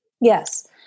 Yes